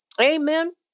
Amen